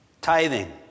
Tithing